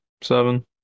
seven